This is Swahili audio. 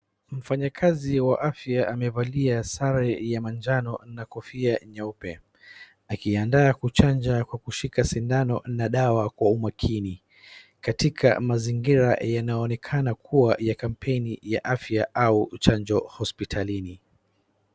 Mfanyakazi wa afya amevalia sare ya majano na kofia nyeupe. Akiandaa kuchanja kwa kushika sindano na dawa kwa umakini. Katika mazingira yanaonekana kuwa ya kampeni ya afya au chanjo hospitalini.